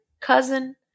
cousin